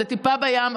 זו טיפה בים,